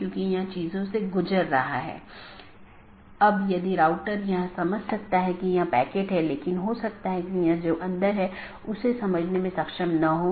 क्योंकि जब यह BGP राउटर से गुजरता है तो यह जानना आवश्यक है कि गंतव्य कहां है जो NLRI प्रारूप में है